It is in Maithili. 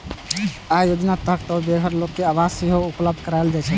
अय योजनाक तहत बेघर लोक कें आवास सेहो उपलब्ध कराएल जाइ छै